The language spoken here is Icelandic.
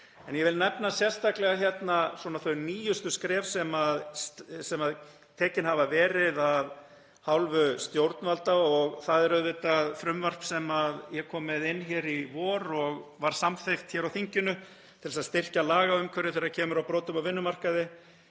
Ég vil nefna sérstaklega hérna þau nýjustu skref sem tekin hafa verið af hálfu stjórnvalda og það er auðvitað frumvarp sem ég kom með inn í vor og var samþykkt hér á þinginu til að styrkja lagaumhverfi þegar kemur að brotum á vinnumarkaði.